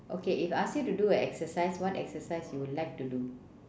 okay if I ask you to do a exercise what exercise you would like to do